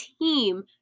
team